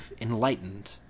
Enlightened